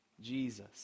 Jesus